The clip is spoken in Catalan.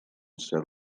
cert